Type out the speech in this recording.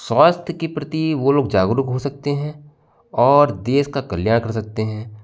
स्वास्थ्य के प्रति वो लोग जागरुक हो सकते हैं और देश का कल्याण कर सकते हैं